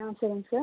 ஆ சரிங்க சார்